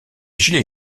gilets